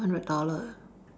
few hundred dollar